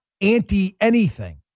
anti-anything